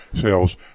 sales